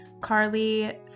Carly